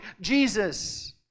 Jesus